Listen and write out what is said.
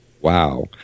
Wow